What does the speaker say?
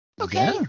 Okay